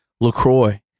LaCroix